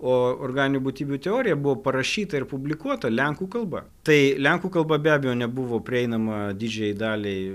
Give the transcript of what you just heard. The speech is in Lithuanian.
o organinių būtybių teorija buvo parašyta ir publikuota lenkų kalba tai lenkų kalba be abejo nebuvo prieinama didžiajai daliai